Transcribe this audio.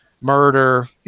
murder